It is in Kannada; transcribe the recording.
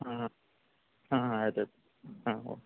ಹ್ಞೂ ಹ್ಞೂ ಆಯ್ತು ಆಯ್ತು ಹಾಂ ಓಕೆ